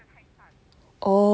oh